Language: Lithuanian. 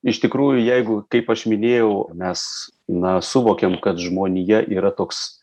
iš tikrųjų jeigu kaip aš minėjau mes na suvokiam kad žmonija yra toks